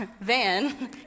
Van